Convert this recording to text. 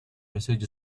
message